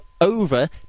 over